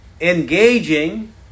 engaging